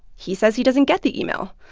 he says he doesn't get the email.